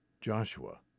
Joshua